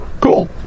Cool